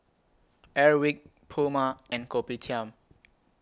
Airwick Puma and Kopitiam